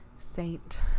saint